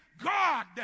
God